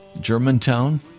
Germantown